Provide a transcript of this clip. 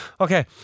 Okay